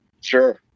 Sure